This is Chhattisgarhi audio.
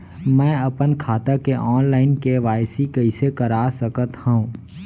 मैं अपन खाता के ऑनलाइन के.वाई.सी कइसे करा सकत हव?